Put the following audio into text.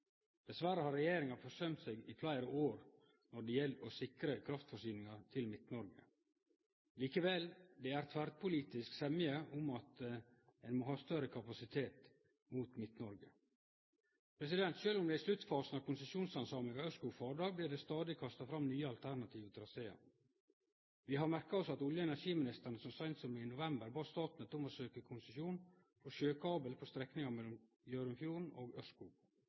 Dessverre har regjeringa forsømt seg i fleire år når det gjeld å sikre kraftforsyninga til Midt-Noreg. Likevel – det er tverrpolitisk semje om at ein må ha større kapasitet til Midt-Noreg. Sjølv om det no er i sluttfasen av konsesjonshandsaminga av Ørskog–Fardal, blir det stadig kasta fram nye alternative trasear. Vi har merka oss at olje- og energiministeren så seint som i november bad Statnett om å søkje konsesjon for sjøkabel på strekninga mellom Hjørundfjorden og Ørskog.